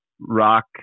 rock